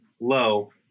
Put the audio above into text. low